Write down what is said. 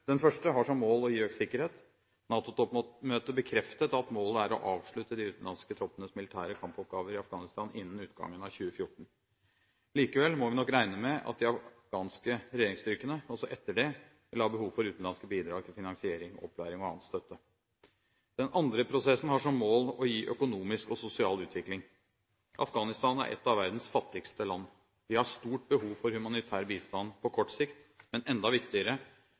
Den første har som mål å gi økt sikkerhet. NATO-toppmøtet bekreftet at målet er å avslutte de utenlandske troppenes militære kampoppgaver i Afghanistan innen utgangen av 2014. Likevel må vi nok regne med at de afghanske regjeringsstyrkene også etter det vil ha behov for utenlandske bidrag til finansiering, opplæring og annen støtte. Den andre prosessen har som mål å gi økonomisk og sosial utvikling. Afghanistan er et av verdens fattigste land. De har stort behov for humanitær bistand på kort sikt. Men enda viktigere